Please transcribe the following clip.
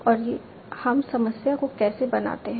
और हम समस्या को कैसे बनाते हैं